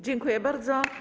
Dziękuję bardzo.